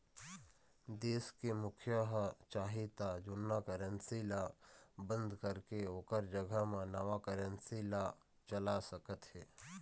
देश के मुखिया ह चाही त जुन्ना करेंसी ल बंद करके ओखर जघा म नवा करेंसी ला चला सकत हे